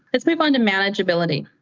let's move on to manageability.